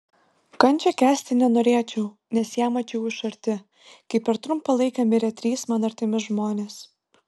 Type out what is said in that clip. kančią kęsti nenorėčiau nes ją mačiau iš arti kai per trumpą laiką mirė trys man artimi žmonės